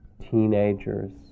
teenagers